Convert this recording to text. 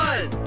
One